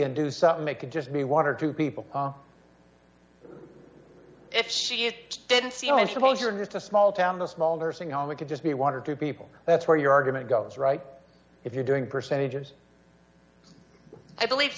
and do something they could just be one or two people if she it didn't seem in shows or just a small town the small nursing home we could just be one or two people that's where your argument goes right if you're doing percentages i believe